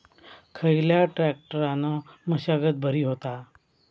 खयल्या ट्रॅक्टरान मशागत बरी होता?